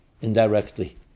indirectly